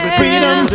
freedom